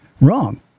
wrong